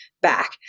back